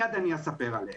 מיד אני אספר עליהם.